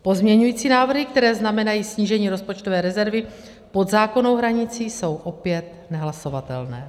Pozměňovací návrhy, které znamenají snížení rozpočtové rezervy pod zákonnou hranicí, jsou opět nehlasovatelné.